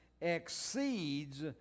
exceeds